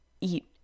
eat